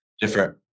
different